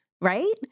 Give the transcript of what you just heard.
right